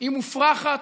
היא מופרכת,